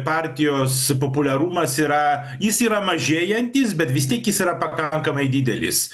partijos populiarumas yra jis yra mažėjantis bet vis tiek jis yra pakankamai didelis